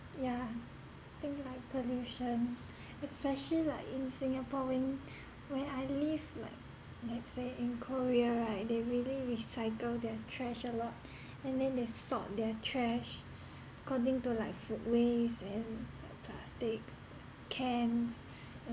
yeah I think like pollution especially like in singapore when when I live like let's say in korea right they really recycle their trash a lot and then they sort their trash according to like food waste and like plastics cans